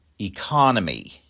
economy